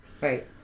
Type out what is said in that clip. Right